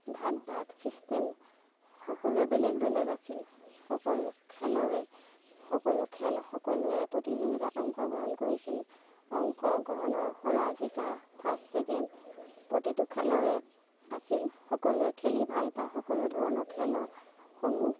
ভাগ ভাগ ছিষ্টেম সকলোৱে বেলেগ বেলেগ আছিল সকলো খেলৰে সকলো খেল সকলোৱে প্ৰতিযোগিতা অংশগ্ৰহণ কৰিছিল অংশগ্ৰহণৰ হৰা জিকা ফাৰ্ষ্ট ছেকেণ্ড প্ৰতিটো খেলৰে আছিল সকলোৱে খেলি ভাল পায় সকলো ধৰণৰ খেলৰসমূহ